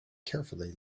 carefully